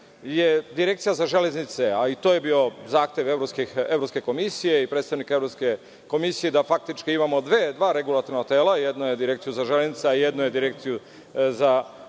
je Direkcija za železnice, a i to je bio zahtev Evropske komisije i predstavnika Evropske komisije da faktički imamo dva regulatorna tela. Jedno je Direkcija za železnice, a drugo je Direkcija za bezbednost